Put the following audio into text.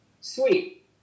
Sweet